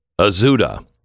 Azuda